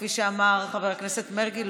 כפי שאמר חבר הכנסת מרגי,